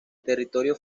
territorios